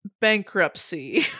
bankruptcy